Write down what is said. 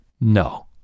No